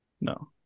no